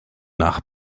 nach